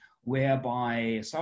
whereby